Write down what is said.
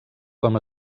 com